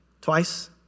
Twice